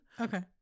Okay